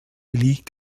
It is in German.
liegt